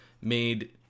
made